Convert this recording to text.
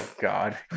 God